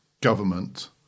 government